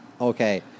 Okay